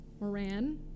Moran